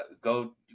go